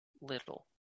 little